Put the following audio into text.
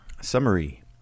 Summary